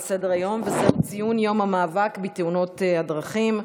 סדר-היום: ציון יום המאבק בתאונות דרכים,